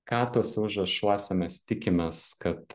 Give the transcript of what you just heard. ką tuose užrašuose mes tikimės kad